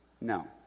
No